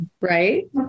right